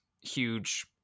huge